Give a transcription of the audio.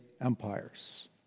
empires